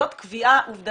זאת קביעה עובדתית.